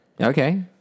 Okay